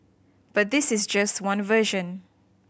but this is just one version